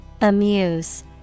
amuse